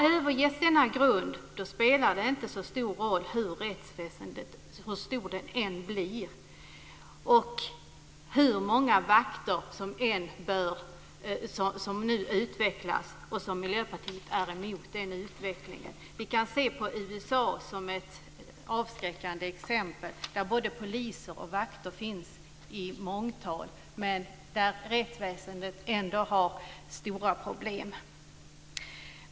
Överges denna grund spelar det inte så stor roll hur stort rättsväsendet än blir och hur många vakter som än utbildas. Miljöpartiet är mot den utvecklingen. Vi kan se på USA som ett avskräckande exempel, där både vakter och poliser finns i mångtal men där rättsväsendet ändå har stora problem.